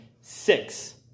six